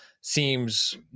seems